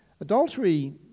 Adultery